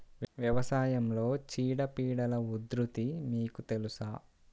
వ్యవసాయంలో చీడపీడల ఉధృతి మీకు తెలుసా?